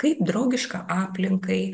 kaip draugišką aplinkai